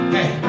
Hey